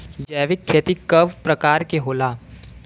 जैविक खेती कव प्रकार के होला?